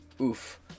Oof